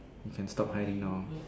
you can stop hiding now